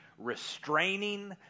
Restraining